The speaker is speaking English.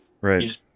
Right